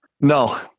No